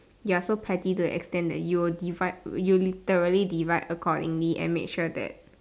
you're so petty to the extent that you will divide you will literally divide accordingly and make sure that